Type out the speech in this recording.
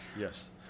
Yes